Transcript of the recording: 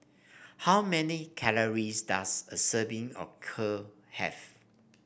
how many calories does a serving of Kheer have